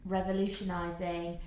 Revolutionising